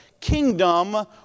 Kingdom